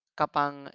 kapang